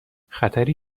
خطری